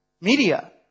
Media